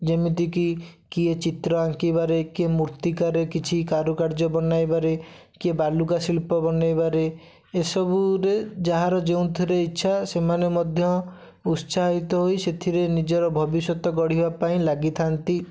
ଯେମିତିକି କିଏ ଚିତ୍ର ଆଙ୍କିବାରେ କିଏ ମୂର୍ତ୍ତିକାରରେ କିଛି କାରୁକାର୍ଯ୍ୟ ବନେଇବାରେ କିଏ ବାଲୁକା ଶିଳ୍ପ ବନେଇବାରେ ଏସବୁରେ ଯାହାର ଯେଉଁଥିରେ ଇଚ୍ଛା ସେମାନେ ମଧ୍ୟ ଉତ୍ସାହିତ ହୋଇ ସେଥିରେ ନିଜର ଭବିଷ୍ୟତ ଗଢ଼ିବା ପାଇଁ ଲାଗିଥାଆନ୍ତି